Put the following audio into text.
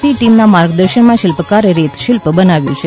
પી ટીમના માર્ગદર્શનમાં આ શિલ્પકારે રેત શિલ્પ બનાવ્યું છે